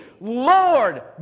Lord